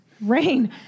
Rain